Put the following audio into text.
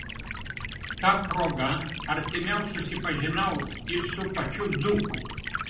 ta proga artimiau susipažinau ir su pačiu dzūku